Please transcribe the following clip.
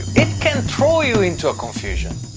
it can throw you into confusion.